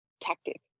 tactic